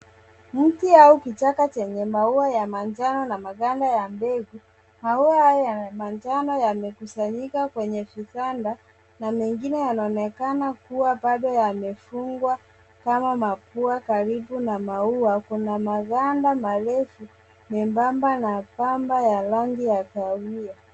Mti au kichaka chenye maua ya manjano na maganda ya mbegu. Maua haya ya manjano yamekusanyika kwenye vibanda na mengine yanaonekana kuwa bado yamefungwa kama mapua. Karibu na maua kuna maganda marefu, membamba na kamba ya rangi ya kahawia.